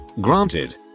granted